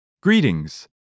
Greetings